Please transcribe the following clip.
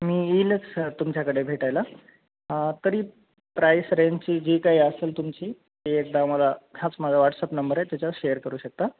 मी येईलच सर तुमच्याकडे भेटायला तरी प्राईस रेंजची जी काही असंल तुमची ती एकदा मला हाच माझा व्हॉट्सअप नंबर आहे त्याच्यावर शेअर करू शकता